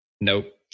Nope